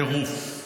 טירוף.